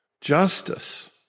Justice